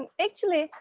and actually,